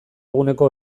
eguneko